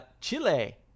Chile